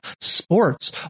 sports